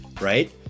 right